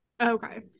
okay